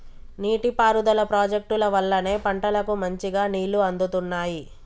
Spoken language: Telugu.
నీటి పారుదల ప్రాజెక్టుల వల్లనే పంటలకు మంచిగా నీళ్లు అందుతున్నాయి